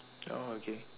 oh okay